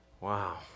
Wow